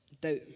doubt